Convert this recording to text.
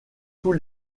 tous